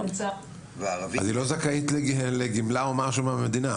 אז היא לא זכאית לגמלה או משהו מהמדינה,